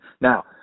Now